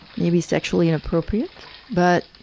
maybe sexually inappropriate but